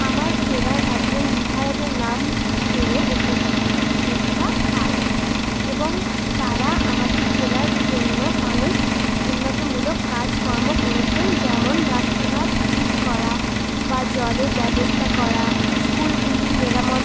আমার জেলার একজন বিধায়কের নাম হলো অগ্নি মিত্রা পাল এবং তারা আমাদের জেলার জন্য অনেক উন্নয়নমূলক কাজকর্ম করেছেন যেমন রাস্তাঘাট ঠিক করা বা জলের ব্যবস্থা করা স্কুলগুলি মেরামত